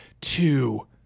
Two